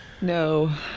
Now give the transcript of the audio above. No